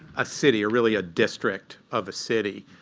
a city, really, a district of a city.